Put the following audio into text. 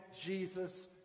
Jesus